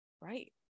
Right